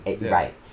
Right